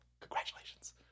Congratulations